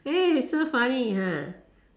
so funny